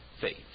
faith